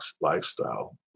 lifestyle